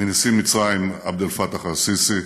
מנשיא מצרים עבד אל-פתאח א-סיסי,